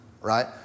Right